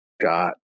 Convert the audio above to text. got